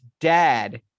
dad